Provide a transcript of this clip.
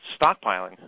stockpiling